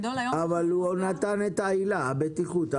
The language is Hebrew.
אבל הוא נתן את העילה, הבטיחות.